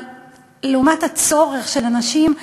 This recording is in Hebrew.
אבל לעומת הצורך של אנשים,